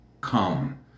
come